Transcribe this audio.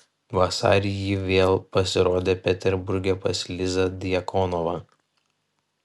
vasarį ji vėl pasirodė peterburge pas lizą djakonovą